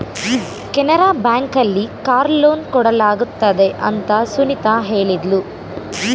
Canara bank ಅಲ್ಲಿ car loan ಕೊಡಲಾಗುತ್ತದೆ ಅಂತ ಸುನಿತಾ ಹೇಳಿದ್ಲು